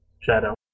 Shadow